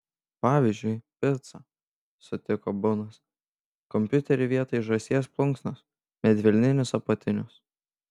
pavyzdžiui picą sutiko bunas kompiuterį vietoj žąsies plunksnos medvilninius apatinius